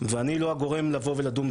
אני לא בדרג מקבלי